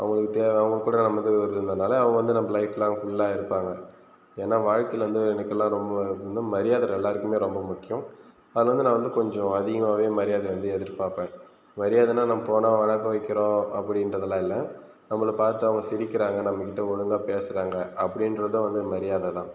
அவங்களுக்கு தேவை அவங்க கூட நம்ம இது இருந்ததுனால அவங்க வந்து லைஃப் லாங் ஃபுல்லாக இருப்பாங்க ஏன்னா வாழ்க்கையில் வந்து எனக்குலாம் ரொம்ப வந்து மரியாதை எல்லாருக்கும் ரொம்ப முக்கியம் அது வந்து நான் வந்து கொஞ்சம் அதிகமாகவே மரியாதையை எதிர்பார்ப்பன் மரியாதன்னா நம்ம போனால் வணக்கம் வைக்கிறோம் அப்படின்றதுலாம் இல்லை நம்மளை பார்த்து அவங்க சிரிக்குறாங்க நம்ம கிட்ட ஒழுங்காக பேசுகிறாங்க அப்படின்றததும் வந்து மரியாதை தான்